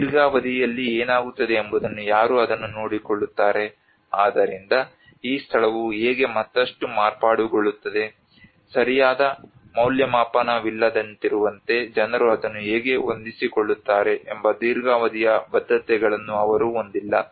ದೀರ್ಘಾವಧಿಯಲ್ಲಿ ಏನಾಗುತ್ತದೆ ಎಂಬುದನ್ನು ಯಾರು ಅದನ್ನು ನೋಡಿಕೊಳ್ಳುತ್ತಾರೆ ಆದ್ದರಿಂದ ಈ ಸ್ಥಳವು ಹೇಗೆ ಮತ್ತಷ್ಟು ಮಾರ್ಪಾಡುಗೊಳ್ಳುತ್ತದೆ ಸರಿಯಾದ ಮೌಲ್ಯಮಾಪನವಿಲ್ಲದಿರುವಂತೆ ಜನರು ಅದನ್ನು ಹೇಗೆ ಹೊಂದಿಸಿಕೊಳ್ಳುತ್ತಾರೆ ಎಂಬ ದೀರ್ಘಾವಧಿಯ ಬದ್ಧತೆಗಳನ್ನು ಅವರು ಹೊಂದಿಲ್ಲ